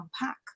unpack